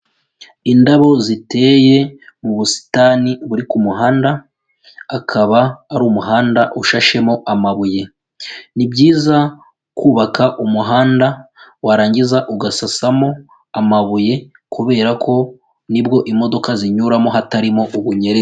Indabo ziteye mu busitani buri ku muhanda, akaba ari umuhanda ushashemo amabuye, ni byiza kubaka umuhanda warangiza ugasasamo amabuye kubera ko nibwo imodoka zinyuramo hatarimo ubunyerere.